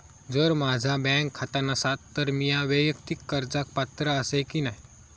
जर माझा बँक खाता नसात तर मीया वैयक्तिक कर्जाक पात्र आसय की नाय?